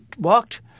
walked